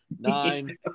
nine